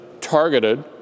targeted